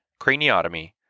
craniotomy